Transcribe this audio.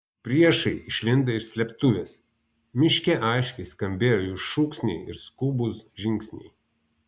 priešai išlindo iš slėptuvės miške aiškiai skambėjo jų šūksniai ir skubūs žingsniai